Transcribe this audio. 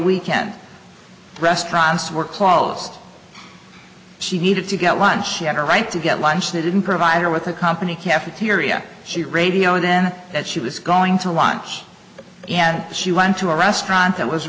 weekend restaurants were closed she needed to get lunch she had a right to get lunch they didn't provide her with a company cafeteria she radio then that she was going to lunch and she went to a restaurant that was